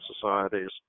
societies